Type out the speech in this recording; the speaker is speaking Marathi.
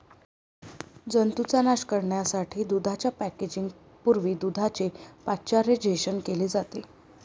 जंतूंचा नाश करण्यासाठी दुधाच्या पॅकेजिंग पूर्वी दुधाचे पाश्चरायझेशन केले जाते